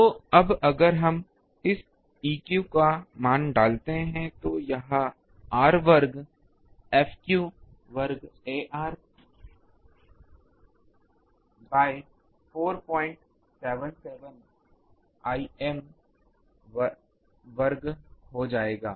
तो अब अगर हम इस E का मान डालते हैं तो यह r वर्ग F वर्ग ar बाय 477 Im वर्ग हो जाएगा